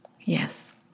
Yes